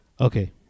Okay